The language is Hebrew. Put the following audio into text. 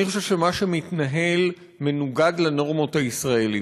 אני חושב שמה שמתנהל מנוגד לנורמות הישראליות.